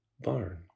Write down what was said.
barn